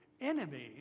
enemy